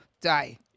day